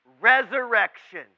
Resurrection